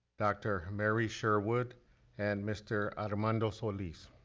dr. mary sherwood and mr. armando solis.